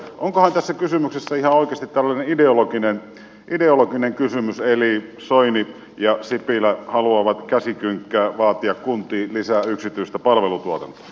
onkohan tässä kysymyksessä ihan oikeasti tällainen ideologinen kysymys eli soini ja sipilä haluavat käsikynkkää vaatia kuntiin lisää yksityistä palvelutuotantoa